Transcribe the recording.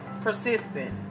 persistent